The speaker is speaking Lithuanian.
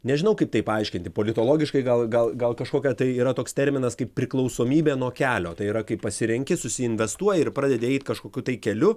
nežinau kaip tai paaiškinti politologiškai gal gal gal kažkokia tai yra toks terminas kaip priklausomybė nuo kelio tai yra kai pasirenki susiinvestuoji ir pradedi eit kažkokiu tai keliu